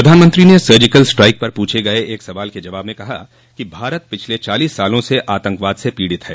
प्रधानमंत्री ने surgical strike पर पूछे गये एक सवाल के जवाब में कहा कि भारत पिछले चालीस सालों से आतंकवाद से पीड़ित है